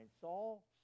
Saul